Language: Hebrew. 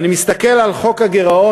אני מסתכל על חוק הגירעון,